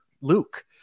Luke